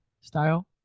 style